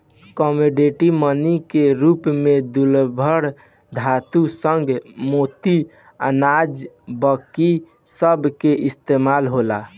commodity money के रूप में दुर्लभ धातु, शंख, मोती, अनाज बाकी सभ के इस्तमाल होला